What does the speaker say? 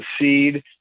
seed